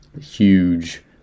huge